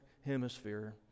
Hemisphere